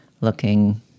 looking